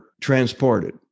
transported